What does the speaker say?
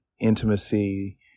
intimacy